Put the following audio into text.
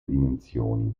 dimensioni